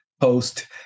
Post